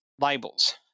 labels